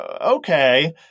okay